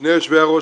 שני יושבי הראש,